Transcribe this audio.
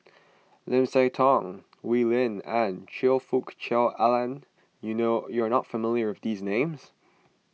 Lim Siah Tong Wee Lin and Choe Fook Cheong Alan you know you are not familiar with these names